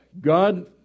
God